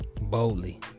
Boldly